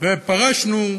ופרשנו,